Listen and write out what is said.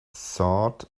sought